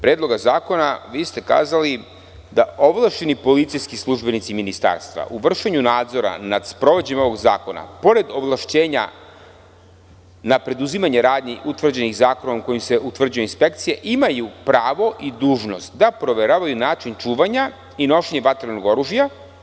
Predloga zakona vi ste kazali da ovlašćeni policijski službenici Ministarstva, u vršenju nadzora nad sprovođenjem ovog zakona, pored ovlašćenja na preduzimanje radnji utvrđenih zakonom kojim se uređuje inspekcija, imaju pravo i dužnost da proveravaju način čuvanja i nošenje vatrenog oružja.